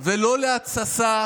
ולא להתססה